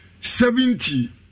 Seventy